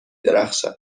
درخشد